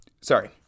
sorry